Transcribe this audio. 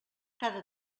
cada